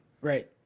Right